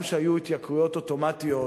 גם כשהיו התייקרויות אוטומטיות,